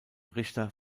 richter